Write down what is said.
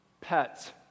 pets